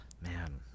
Man